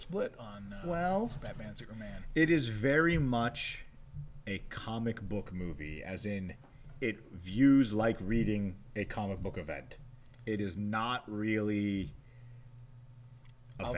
split on well batman superman it is very much a comic book movie as in it views like reading a comic book event it is not really